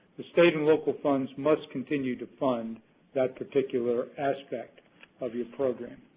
the state and local funds must continue to fund that particular aspect of your program.